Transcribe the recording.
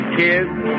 kids